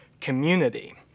community